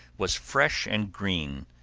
was fresh and green,